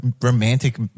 romantic